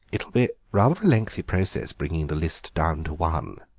it'll be rather a lengthy process bringing the list down to one,